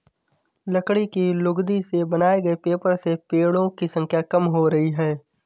लकड़ी की लुगदी से बनाए गए पेपर से पेङो की संख्या कम हो रही है